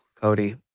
Cody